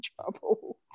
trouble